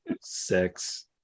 Sex